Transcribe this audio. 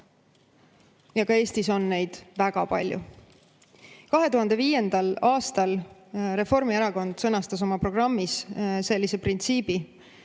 Ja ka Eestis on neid väga palju.2005. aastal Reformierakond sõnastas oma programmis sellise printsiibi: